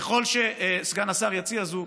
ככל שסגן השר יציע זאת,